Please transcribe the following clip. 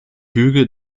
hügel